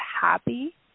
happy